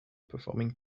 performing